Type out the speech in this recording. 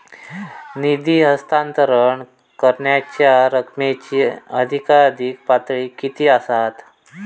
निधी हस्तांतरण करण्यांच्या रकमेची अधिकाधिक पातळी किती असात?